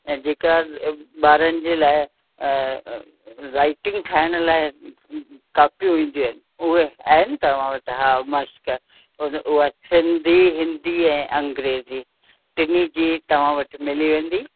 ऐं जेका ॿारनि जे लाइ राइटिंग ठाहिण लाइ कापियूं ईंदियूं आहिनि उहे आहिनि तव्हां वटि हा माश्क उन उहे सिंधी हिंदी ऐं अंग्रेजी टिनी जी तव्हां वटि मिली वेंदी